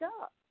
up